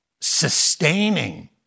sustaining